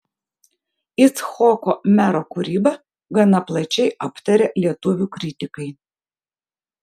icchoko mero kūrybą gana plačiai aptarė lietuvių kritikai